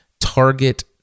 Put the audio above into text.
target